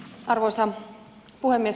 arvoisa puhemies